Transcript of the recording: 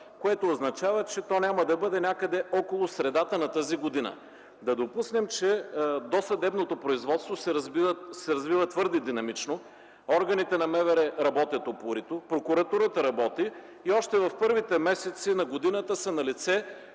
което означава, че то няма да бъде някъде около средата на тази година. Да допуснем, че досъдебното производство се развива твърде динамично, органите на МВР работят упорито, прокуратурата работи и още в първите месеци на годината са налице